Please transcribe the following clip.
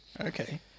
Okay